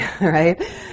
right